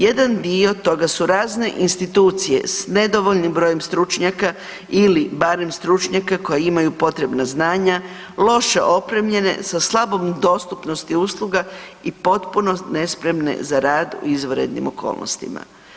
Jedan dio toga su razne institucije s nedovoljnim brojem stručnjaka ili barem stručnjaka koji imaju potrebna znanja, loše opremljene sa slabom dostupnosti usluga i potpuno nespremne za rad u izvanrednim okolnostima.